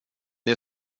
det